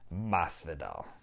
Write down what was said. Masvidal